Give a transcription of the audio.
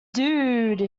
dude